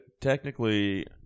technically